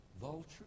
vulture